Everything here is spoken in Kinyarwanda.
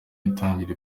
itangira